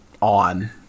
on